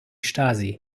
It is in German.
stasi